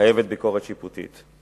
חייבת ביקורת שיפוטית.